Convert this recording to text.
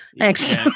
thanks